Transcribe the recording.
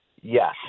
Yes